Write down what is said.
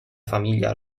famiglia